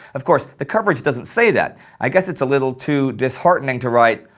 of course, the coverage doesn't say that, i guess it's a little too disheartening to write,